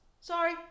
Sorry